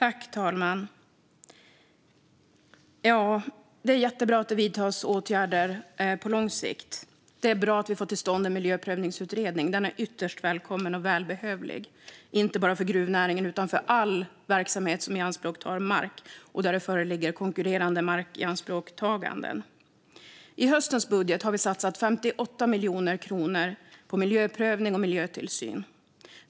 Fru talman! Det är jättebra att det vidtas åtgärder på lång sikt. Det är bra att vi får till stånd en miljöprövningsutredning. Den är ytterst välkommen och välbehövlig, inte bara för gruvnäringen utan för all verksamhet som ianspråktar mark och där det föreligger konkurrerande markianspråktaganden. I höstens budget har vi inom januariavtalet satsat 58 miljoner kronor på miljöprövning och miljötillsyn.